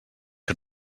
que